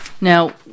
Now